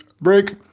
break